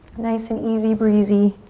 nice and easy breezy